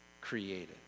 created